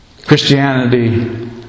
Christianity